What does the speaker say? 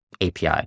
API